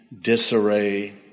disarray